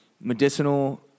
medicinal